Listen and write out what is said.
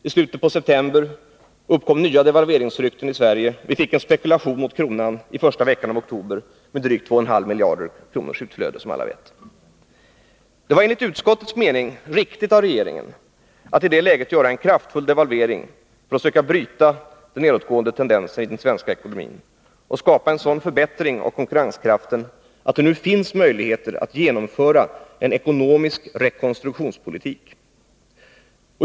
I slutet av september uppkom nya devalveringsrykten i Sverige. Vi fick en spekulation mot kronan i första veckan av oktober med drygt 2,5 miljarder kronors utflöde. Det var enligt utskottets mening riktigt av regeringen att i det läget göra en kraftfull devalvering för att söka bryta den nedåtgående tendensen i den svenska ekonomin och skapa en sådan förbättring av konkurrenskraften att det nu finns möjligheter att genomföra en ekonomisk rekonstruktionspolitik.